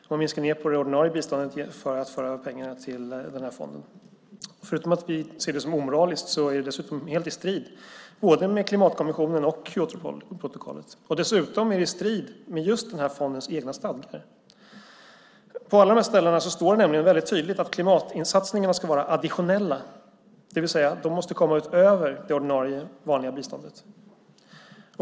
De minskar ned på det ordinarie biståndet för att föra över pengarna till den här fonden. Förutom att vi ser det som omoraliskt är det helt i strid både med klimatkonventionen och Kyotoprotokollet. Dessutom är det i strid med just den här fondens egna stadgar. På alla de här ställena står det nämligen väldigt tydligt att klimatsatsningarna ska vara additionella, det vill säga de måste komma utöver det ordinarie, vanliga biståndet.